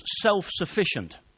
self-sufficient